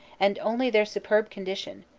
and only their superb condition,